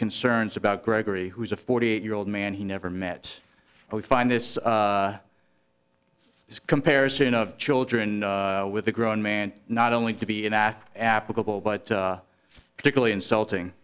concerns about gregory who is a forty eight year old man he never met and we find this comparison of children with a grown man not only to be in awe applicable but particularly insulting